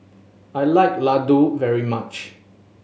I like laddu very much